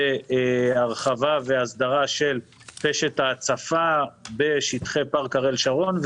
בהרחבה והסדרה של קשת ההצפה בשטחי פארק אריאל שרון.